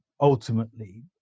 ultimately